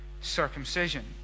circumcision